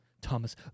Thomas